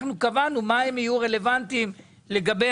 קבענו איך הם יהיו רלוונטיים לגבי